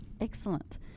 Excellent